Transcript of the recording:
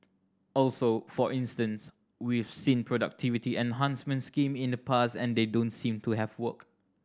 also for instance we've seen productivity enhancement scheme in the past and they don't seem to have worked